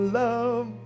love